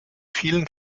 vielen